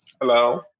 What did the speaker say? Hello